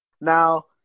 Now